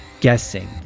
guessing